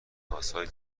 نیازهای